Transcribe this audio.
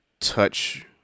touch